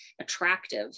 attractive